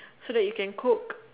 so that you can cook